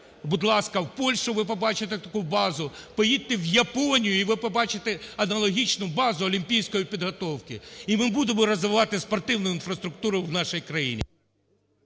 будь ласка, у Польщу – ви побачите таку базу, поїдьте в Японію, і ви побачите аналогічну базу олімпійської підготовки. І ми будемо розвивати спортивну інфраструктуру в нашій країні.